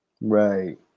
Right